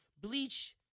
Bleach